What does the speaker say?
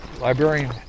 librarian